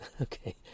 okay